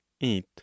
eight